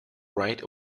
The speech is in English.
right